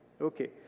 Okay